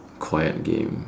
quiet game